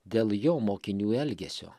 dėl jo mokinių elgesio